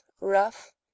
rough